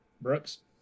Brooks